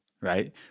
right